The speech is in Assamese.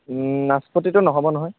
নাচপতিটো নহ'ব নহয়